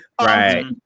Right